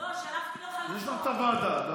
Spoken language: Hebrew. יש לך את הוועדה.